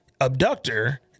abductor